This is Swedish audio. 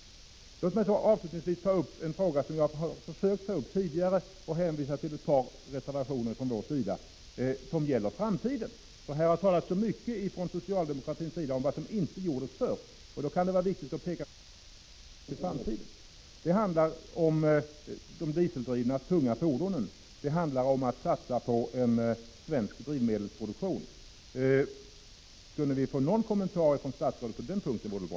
Låt mig avslutningsvis ta upp en fråga som jag har försökt ta upp tidigare och även hänvisa till ett par reservationer från vår sida, och det gäller framtiden. Det har från socialdemokratins sida talats mycket om vad som inte gjordes förr, och då är det viktigt att peka på vad som borde göras i framtiden. Det handlar om de dieseldrivna tunga fordonen, och det handlar om att satsa på en svensk drivmedelsproduktion. Kunde vi få någon kommentar från statsrådet på den punkten vore det bra.